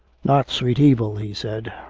not sweet evil he said,